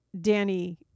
Danny